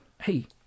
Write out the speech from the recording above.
Hey